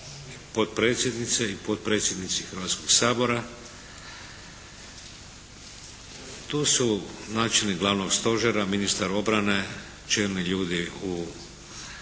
potpredsjednice i potpredsjednici Hrvatskog sabora. Tu su načelnik Glavnog stožera, ministar obrane, čelni ljudi u Oružanim